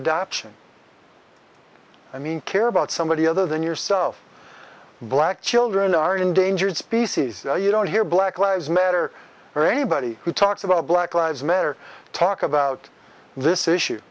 adoption i mean care about somebody other than yourself black children are endangered species you don't hear black lives matter or anybody who talks about black lives matter talk about this issue